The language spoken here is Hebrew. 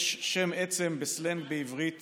יש שם עצם בסלנג בעברית